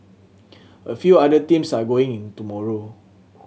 a few other teams are going in tomorrow